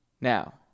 now